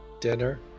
Dinner